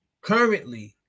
currently